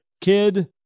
kid